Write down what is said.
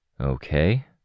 Okay